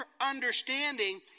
understanding